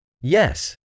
Yes